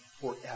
forever